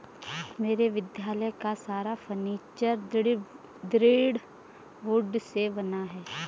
मेरे विद्यालय का सारा फर्नीचर दृढ़ वुड से बना है